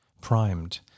primed